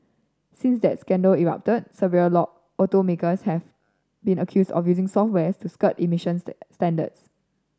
since that scandal erupted several law automakers have been accused of using software to skirt emissions standards